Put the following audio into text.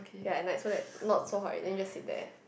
ya at night so that not so hot already then you just sit there